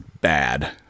bad